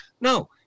No